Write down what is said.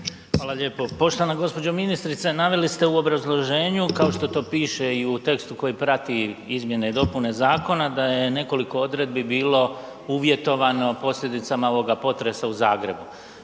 Hvala lijepo. Poštovana gđo. ministrice, naveli ste u obrazloženju kao što to piše i u tekstu koji prati izmjene i dopune zakona da je nekoliko odredbi bilo uvjetovano posljedicama ovoga potresa u Zagrebu.